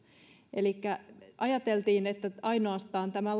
elikkä ajateltiin että ainoastaan tämä